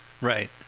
Right